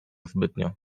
zbytnio